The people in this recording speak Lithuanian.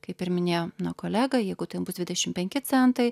kaip ir minėjo kolega jeigu ten bus dvidešim penki centai